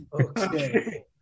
Okay